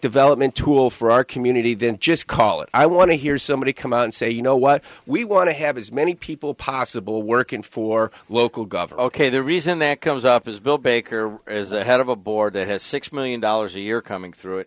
development tool for our community then just call it i want to hear somebody come out and say you know what we want to have as many people possible working for local government k the reason that comes up is bill baker is the head of a board that has six million dollars a year coming through it